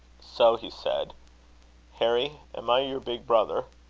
so he said harry, am i your big brother?